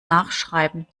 nachschreiben